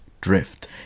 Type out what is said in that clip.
drift